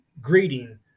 greeting